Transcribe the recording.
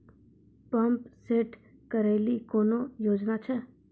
Pump set केलेली कोनो योजना छ?